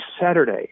Saturday